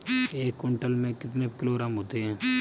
एक क्विंटल में कितने किलोग्राम होते हैं?